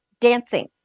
dancing